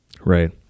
right